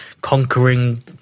conquering